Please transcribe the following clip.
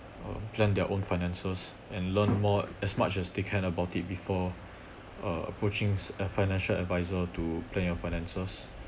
uh plan their own finances and learn more as much as they can about it before uh approaching a financial adviser to plan your finances